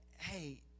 Hey